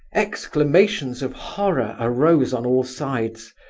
exclamations of horror arose on all sides.